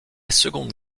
seconde